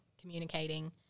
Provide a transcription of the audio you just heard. communicating